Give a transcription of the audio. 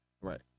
right